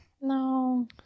no